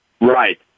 Right